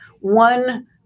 one